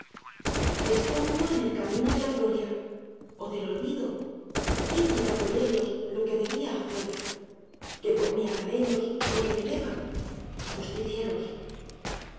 les pongo en el camino de la gloria ó del olvido hice ya por ellos lo que debía hacer que por mí hagan ellos lo que me deban justicieros